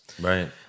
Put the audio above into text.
right